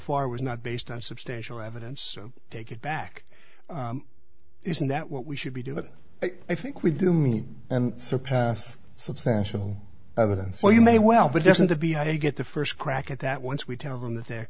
far was not based on substantial evidence take it back isn't that what we should be doing i think we do meet and surpass substantial evidence so you may well but doesn't it be how you get the first crack at that once we tell them that the